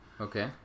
Okay